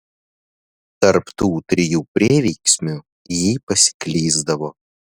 tarp tų trijų prieveiksmių ji pasiklysdavo